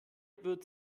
wird